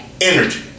energy